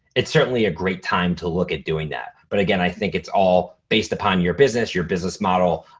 it's certainly a great time to look at doing that. but again, i think it's all based upon your business, your business model,